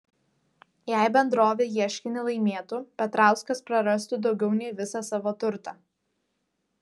jei bendrovė ieškinį laimėtų petrauskas prarastų daugiau nei visą savo turtą